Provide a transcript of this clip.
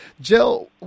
Jill